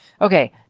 Okay